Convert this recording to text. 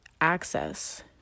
access